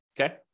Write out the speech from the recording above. Okay